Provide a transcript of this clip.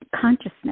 consciousness